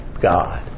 God